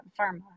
Pharma